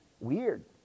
weird